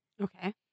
Okay